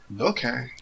Okay